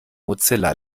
mozilla